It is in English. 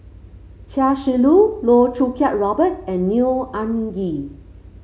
Chia Shi Lu Loh Choo Kiat Robert and Neo Anngee